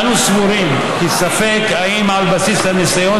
אנו סבורים כי ספק אם על בסיס הניסיון